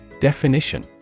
Definition